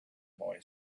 boy